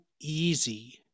easy